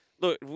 Look